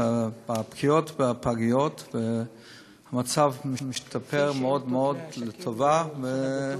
בפגיעות בפגיות, והמצב משתפר מאוד מאוד, לטובה.